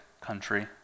country